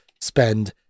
spend